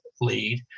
Lead